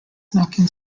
knocking